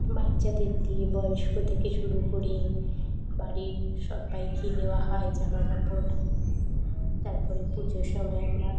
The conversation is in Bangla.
বাচ্চাদের দিয়ে বয়স্ক থেকে শুরু করে বাড়ির সবাইকেেয়ে দেওয়া হয় জামা কাপড় তারপরে পুজোর সময় আমরা